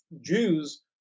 Jews